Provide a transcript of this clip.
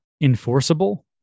enforceable